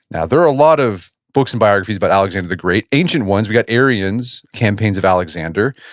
now, there are a lot of books and biographies about alexander the great. ancient ones, we've got arrian's, campaigns of alexander.